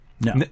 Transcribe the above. No